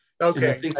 Okay